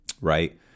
Right